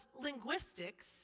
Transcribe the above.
linguistics